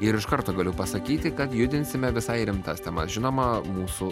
ir iš karto galiu pasakyti kad judinsime visai rimtas temas žinoma mūsų